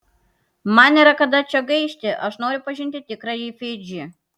man nėra kada čia gaišti aš noriu pažinti tikrąjį fidžį